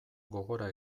gogora